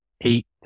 eight